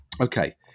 Okay